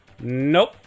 Nope